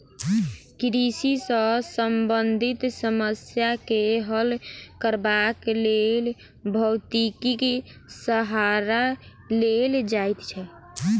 कृषि सॅ संबंधित समस्या के हल करबाक लेल भौतिकीक सहारा लेल जाइत छै